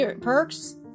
Perks